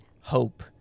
hope